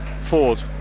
Ford